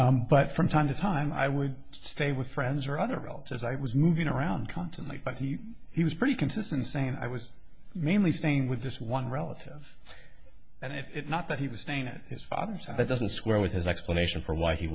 g but from time to time i would stay with friends or other relatives i was moving around constantly but he he was pretty consistent saying i was mainly staying with this one relative and it's not that he was staying at his father so that doesn't square with his explanation for why he